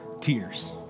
tears